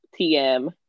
TM